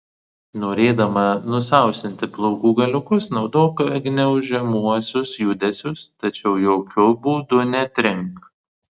norėdama nusausinti plaukų galiukus naudok gniaužiamuosius judesius tačiau jokiu būdu netrink